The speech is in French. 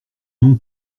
non